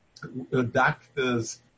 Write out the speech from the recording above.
doctors